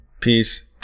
Peace